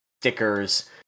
stickers